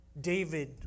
David